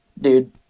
dude